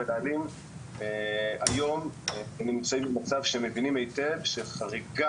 המנהלים היום נמצאים במצב שהם מבינים היטב שחריגה